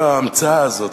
כל ההמצאה הזאת,